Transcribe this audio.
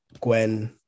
Gwen